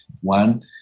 One